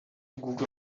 google